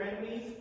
enemies